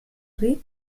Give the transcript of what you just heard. reed